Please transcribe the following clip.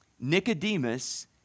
Nicodemus